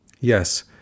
Yes